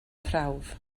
prawf